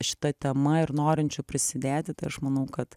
šita tema ir norinčių prisidėti tai aš manau kad